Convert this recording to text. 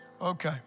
Okay